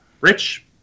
Rich